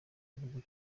gihugu